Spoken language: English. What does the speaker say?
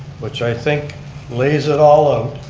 which i think lays it all um